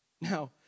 Now